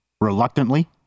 reluctantly